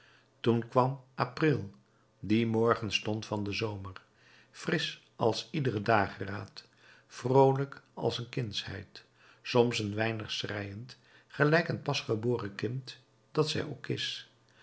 toen kwam april die morgenstond van den zomer frisch als iedere dageraad vroolijk als de kindsheid soms een weinig schreiend gelijk een pasgeboren kind dat zij ook is